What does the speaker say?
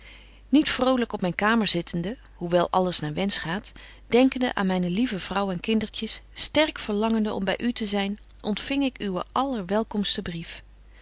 niet vrolyk op myn kamer zittende hoe wel alles naar wensch gaat denkende aan myne lieve vrouw en kindertjes sterk verlangende om by u te zyn ontfing ik uwen allerwelkomsten brief